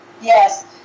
Yes